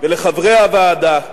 ולחברי הוועדה,